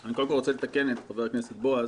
אני קודם כול רוצה לתקן את חבר הכנסת בועז.